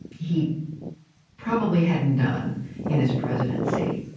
he probably hadn't done in his presidency.